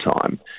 time